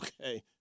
okay